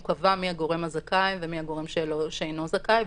הוא קבע מי הגורם הזכאי ומי הגורם שאינו זכאי,